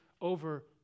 over